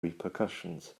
repercussions